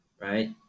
right